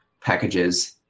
packages